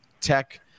tech